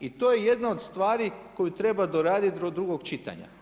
I to je jedna od stvari koju treba doraditi do drugog čitanja.